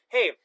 Hey